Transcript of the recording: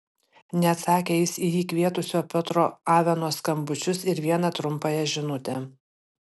neatsakė jis į jį kvietusio piotro aveno skambučius ir vieną trumpąją žinutę